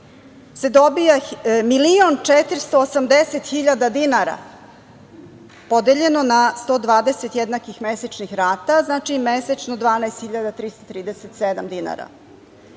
se dobija 1.480.000 dinara, podeljeno na 121 mesečnih rata, znači mesečno 12.337 dinara.